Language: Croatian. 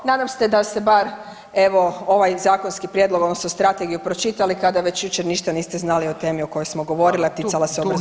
Nadam se da ste bar evo ovaj zakonski prijedlog odnosno strategiju pročitali kada već jučer ništa niste znali o temi o kojoj smo govorili, a ticala se obrazovanja.